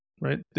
Right